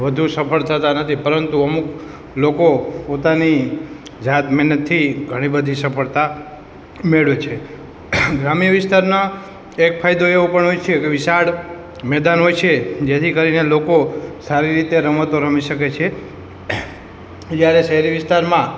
વધુ સફળ થતાં નથી પરંતુ અમુક લોકો પોતાની જાત મહેનતથી ઘણી બધી સફળતા મેળવે છે ગ્રામ્ય વિસ્તારમાં એક ફાયદો એવો પણ હોય છે વિશાળ મેદાન હોય છે જેથી કરીને લોકો સારી રીતે રમતો રમી શકે છે જયારે શહેરી વિસ્તારમાં